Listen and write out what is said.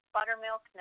Buttermilk